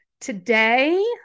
Today